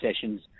sessions